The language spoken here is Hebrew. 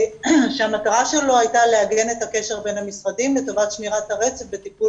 שהמטרה שלו הייתה לעגן את הקשר בין המשרדים לטובת שמירת הרצף בטיפול